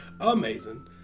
Amazing